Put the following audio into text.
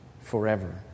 forever